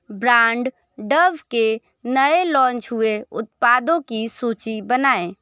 brand Dove के नए launch हुए उत्पादों की सूची बनाएँ